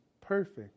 perfect